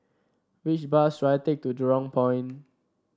which bus should I take to Jurong Point